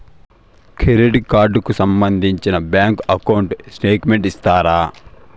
Credit card కు సంబంధించిన bank account statement ఇస్తారా?